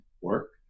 work